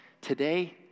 today